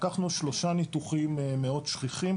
לקחנו 3 ניתוחים מאוד שכיחים,